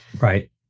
right